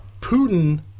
Putin